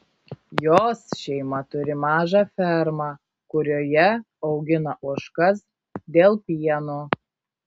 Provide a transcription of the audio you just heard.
jos šeima turi mažą fermą kurioje augina ožkas dėl pieno